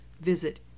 Visit